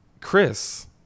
Chris